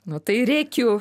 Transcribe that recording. nu tai rėkiu